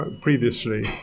previously